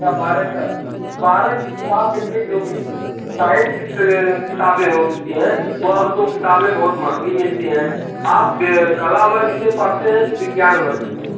कक्षा बारह का बारह का किताब देखिये जो भी साइंस की किताबें होती हैं वो अब तो किताबें बड़ी महंगी मिलती है आप कला वर्ग से पढ़ते हैं या विज्ञान वर्ग से